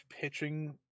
pitching